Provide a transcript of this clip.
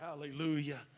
Hallelujah